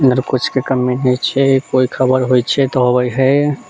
इधर किछु के कमी नहि छै कोइ खबर होइत छै तऽ अबैत हइ